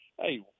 hey